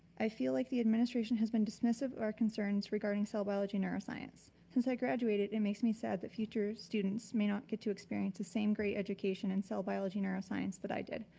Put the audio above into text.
i feel like the administration has been dismissive of our concerns regarding cell biology neuroscience. since i graduated it makes me sad that future students may not get to experience the same great education in cell biology neuroscience that i did.